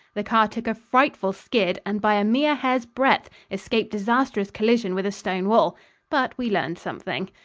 the car took a frightful skid and by a mere hair's breadth escaped disastrous collision with a stone wall but we learned something.